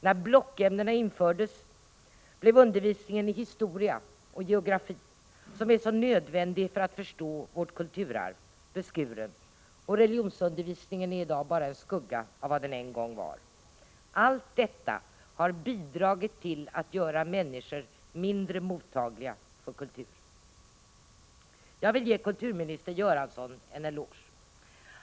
När blockämnena infördes blev undervisningen i historia och geografi, som är så nödvändig för förståelsen av vårt kulturarv, beskuren, och religionsundervisningen är i dag bara en skugga av vad den en gång var. Allt detta har bidragit till att göra människor mindre mottagliga för kultur. Jag vill ge kulturminister Göransson en eloge.